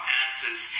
answers